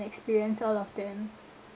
experience all of them